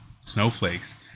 snowflakes